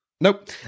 Nope